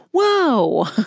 whoa